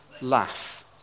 laugh